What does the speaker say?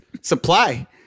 Supply